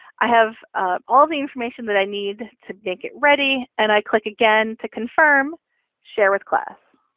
i have all the information that i need to make it ready, and i click again to confirm share with class.